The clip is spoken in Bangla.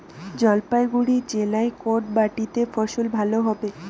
জলপাইগুড়ি জেলায় কোন মাটিতে ফসল ভালো হবে?